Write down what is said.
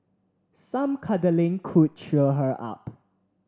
some cuddling could cheer her up